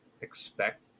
expect